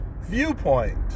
viewpoint